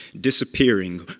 disappearing